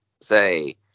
say